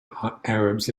arabs